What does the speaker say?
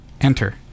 enter